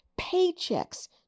paychecks